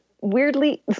weirdly